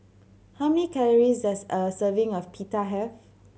how many calories does a serving of Pita have